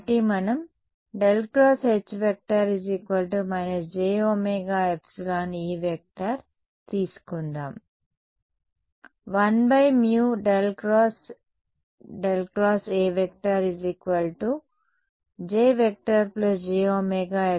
కాబట్టి మనం ∇× H j ωεE సరే తీసుకుందాం